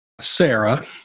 Sarah